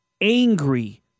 angry